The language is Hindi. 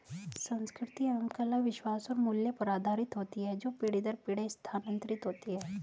संस्कृति एवं कला विश्वास और मूल्य पर आधारित होती है जो पीढ़ी दर पीढ़ी स्थानांतरित होती हैं